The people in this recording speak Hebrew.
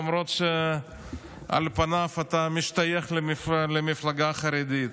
למרות שעל פניו אתה משתייך למפלגה חרדית.